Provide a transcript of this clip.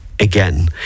again